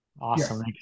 Awesome